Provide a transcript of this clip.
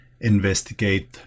investigate